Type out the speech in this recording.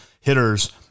hitters